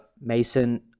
mason